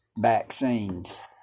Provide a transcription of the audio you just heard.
vaccines